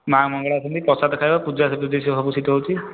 ମାଆ ମଙ୍ଗଳା ଅଛନ୍ତି ପ୍ରସାଦ ଖାଇବ ପୂଜା ସବୁ ସେଇଠି ହେଉଛି